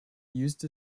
used